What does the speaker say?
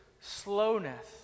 slowness